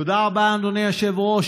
תודה רבה, אדוני היושב-ראש.